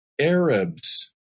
Arabs